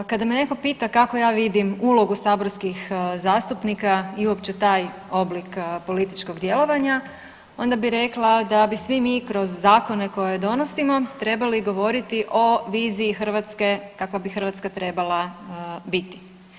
Kada me neko pita kako ja vidim ulogu saborskih zastupnika i uopće taj oblik političkog djelovanja onda bi rekla da bi svi mi kroz zakone koje donosimo trebali govoriti o viziji Hrvatske kakva bi Hrvatska trebala biti.